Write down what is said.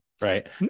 right